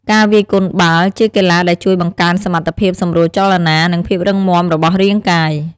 ការវាយកូនបាល់ ជាកីឡាដែលជួយបង្កើនសមត្ថភាពសម្រួលចលនា និងភាពរឹងមាំរបស់រាងកាយ។